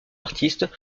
artistes